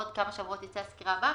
בעוד כמה שבועות תצא הסקירה הבאה,